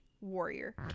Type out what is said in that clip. warrior